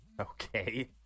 Okay